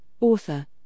Author